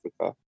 Africa